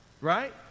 right